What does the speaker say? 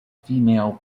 female